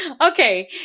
okay